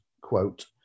quote